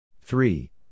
three